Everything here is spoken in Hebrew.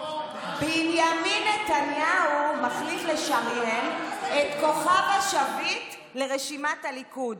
בנימין נתניהו מחליט לשריין את כוכב השביט לרשימת הליכוד